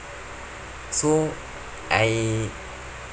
so I